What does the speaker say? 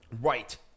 Right